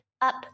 up